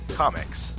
Comics